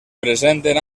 presenten